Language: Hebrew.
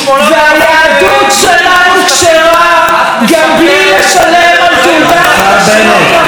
והיהדות שלנו כשרה גם בלי לשלם על תעודת כשרות לרבנות.